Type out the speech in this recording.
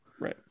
right